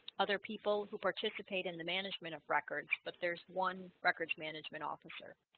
other people who participate in the management of records, but there's one records management officer